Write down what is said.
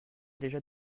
déjà